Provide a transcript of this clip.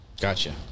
gotcha